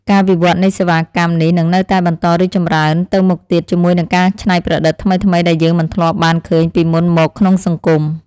ការវិវត្តនៃសេវាកម្មនេះនឹងនៅតែបន្តរីកចម្រើនទៅមុខទៀតជាមួយនឹងការច្នៃប្រឌិតថ្មីៗដែលយើងមិនធ្លាប់បានឃើញពីមុនមកក្នុងសង្គម។